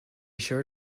sure